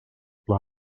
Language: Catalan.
pla